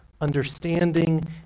understanding